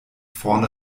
vorne